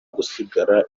gusigara